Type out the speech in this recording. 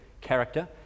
character